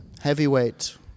Heavyweight